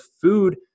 food